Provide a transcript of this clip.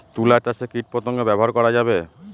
তুলা চাষে কীটপতঙ্গ ব্যবহার করা যাবে?